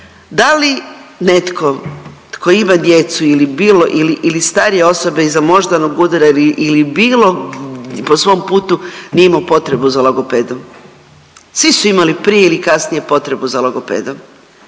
da li netko tko ima djecu ili bilo, ili, ili starije osobe iza moždanog udara ili, ili bilo po svom putu nije imao potrebu za logopedom. Svi su imali prije ili kasnije potrebu za logopedom,